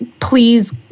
please